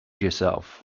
yourself